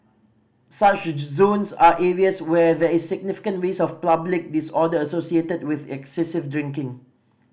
such zones are areas where there is significant risk of public disorder associated with excessive drinking